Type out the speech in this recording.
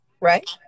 right